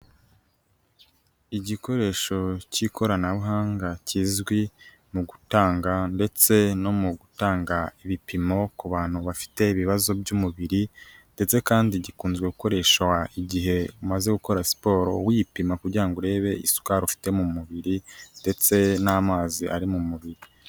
Igikoresho cy'ikoranabuhanga kizwi mu gutanga ndetse no mu gutanga ibipimo ku bantu bafite ibibazo by'umubiri, ndetse kandi gikunze gukoresha igihe umaze gukora siporo wipima kugirango ngo urebe isukari ufite mu mubiri ndetse n'amazi ari mu mubiri.